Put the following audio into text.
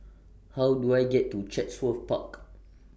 How Do I get to Chatsworth Park